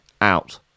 out